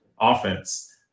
offense